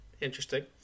interesting